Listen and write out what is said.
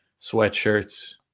sweatshirts